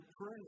pray